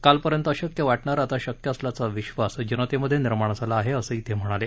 कालपर्यंत अशक्य वाटणारं आता शक्य असल्याचा विधास जनतेमध्ये निर्माण झाला आहे असंही ते म्हणाले